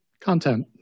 content